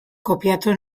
kopiatu